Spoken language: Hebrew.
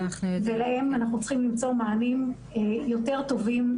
ולהם אנחנו צריכים למצוא מענים טיפוליים יותר טובים,